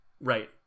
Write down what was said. right